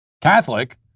Catholic